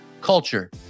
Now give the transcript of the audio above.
culture